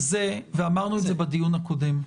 אמרנו את זה בדיון הקודם,